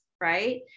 right